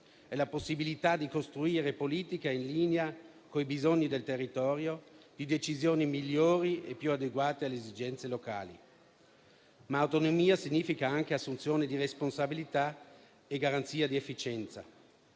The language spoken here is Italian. è la possibilità di costruire politiche in linea coi bisogni del territorio e decisioni migliori e più adeguate alle esigenze locali. Autonomia significa però anche assunzione di responsabilità e garanzia di efficienza;